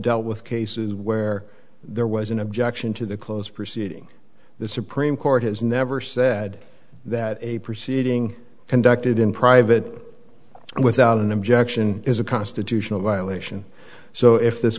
dealt with cases where there was an objection to the close proceeding the supreme court has never said that a proceeding conducted in private without an objection is a constitutional violation so if this